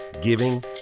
giving